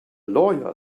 lawyer